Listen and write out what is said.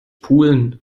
pulen